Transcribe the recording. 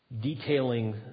detailing